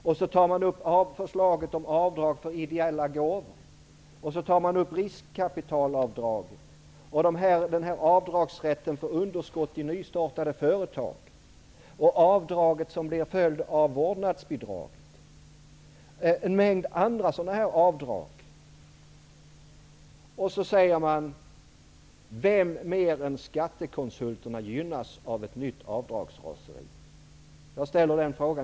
Man tar upp förslaget om avdrag för ideella gåvor, riskkapitalavdraget, avdragsrätten för underskott i nystartade företag, avdraget som blir en följd av vårdnadsbidraget och en mängd andra avdrag. Man säger: ''Vem, mer än skattekonsulterna, gynnas av ett nytt avdragsraseri?''